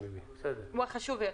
הוא החשוב יותר,